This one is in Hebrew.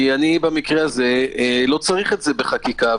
כי אני במקרה הזה לא צריך את זה בחקיקה.